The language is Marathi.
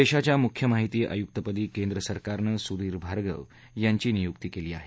देशाच्या मुख्य माहिती आयुक्तपदी केंद्र सरकारने सुधीर भार्गव यांची नियुक्ती केली आहे